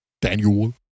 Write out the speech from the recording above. Daniel